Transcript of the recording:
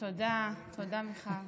אהבתי לשמוע אותך ברדיו.